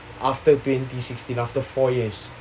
after twenty sixteen after four years